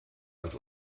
als